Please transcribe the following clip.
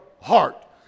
heart